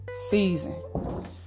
season